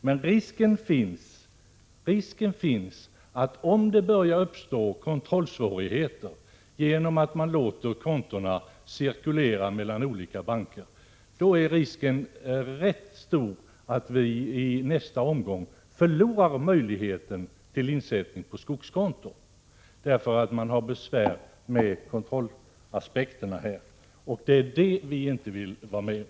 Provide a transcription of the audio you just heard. Men om det börjar uppstå kontrollsvårigheter, genom att man låter kontona cirkulera mellan olika banker, då är risken stor att vi i nästa omgång förlorar möjligheten till insättning på skogskonto. Det vill vi inte vara med om.